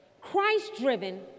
Christ-driven